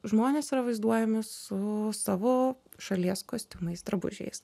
žmonės yra vaizduojami su savo šalies kostiumais drabužiais